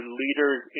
leaders